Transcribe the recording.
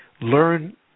learn